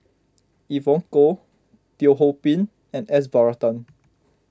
Evon Kow Teo Ho Pin and S Varathan